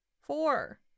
four